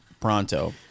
pronto